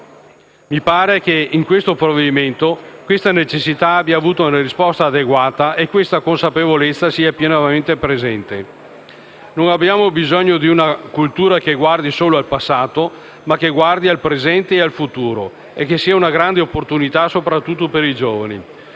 me pare che nel provvedimento tale necessità abbia avuto una risposta adeguata e che questa consapevolezza sia pienamente presente. Noi abbiamo bisogno di una cultura che guardi non solo al passato, ma anche al presente e al futuro e sia una grande opportunità, soprattutto per i giovani.